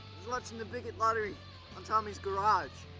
watching the bigot lottery on tommy's garage.